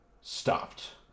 stopped